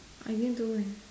I didn't do leh